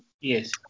Yes